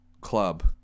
club